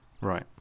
right